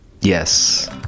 Yes